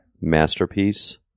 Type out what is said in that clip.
masterpiece